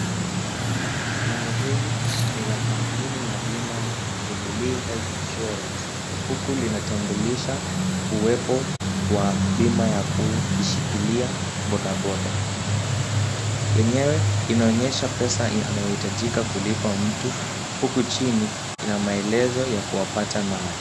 Bango hili ni la kampuni la bima la Jubilee Health Insurance huku lina tambulisha uwepo wa bima ya kushikilia boda boda. Yenyewe inaonyesha pesa inayohitajika kulipa mtu huku chini ina maelezo ya kuwapata nayo.